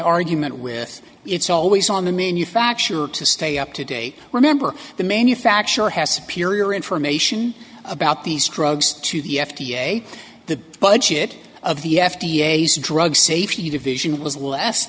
argument with it's always on the manufacturer to stay up to date remember the manufacturer has a period or information about these drugs to the f d a the budget of the f d a drug safety division was less